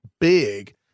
big